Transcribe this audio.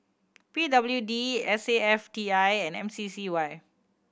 P W D S A F T I and M C C Y